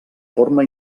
forma